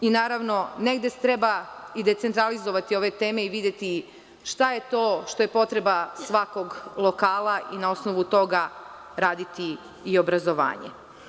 Naravno, negde treba i decentralizovati ove teme i videti šta je to što je potreba svakog lokala i na osnovu toga raditi i obrazovanje.